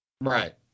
Right